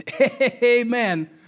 Amen